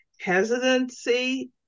hesitancy